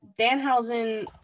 Danhausen